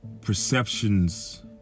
perceptions